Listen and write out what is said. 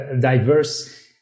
diverse